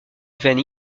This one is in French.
veines